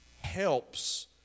helps